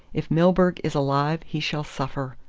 if milburgh is alive he shall suffer.